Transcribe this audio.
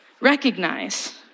Recognize